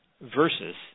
versus